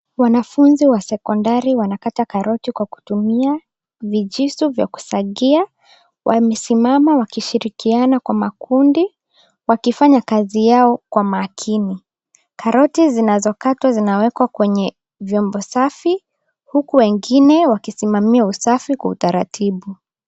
Wanafunzi wa sekondari wanakata karoti kwa kutumia vijisu vya kusagia. Wamesimama wakishirikiana kwa vikundi wakifanya kazi yao kwa makini. Karoti zinazokatwa zinawekwa kwenye vyombo safi huku wengine wakisimamia usafi kwa utaratifu.